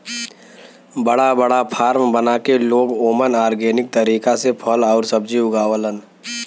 बड़ा बड़ा फार्म बना के लोग ओमन ऑर्गेनिक तरीका से फल आउर सब्जी उगावलन